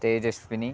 Tejaswini